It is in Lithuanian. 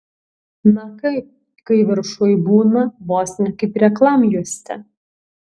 na kaip kai viršuj būna vos ne kaip reklamjuostė